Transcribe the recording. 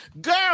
Girl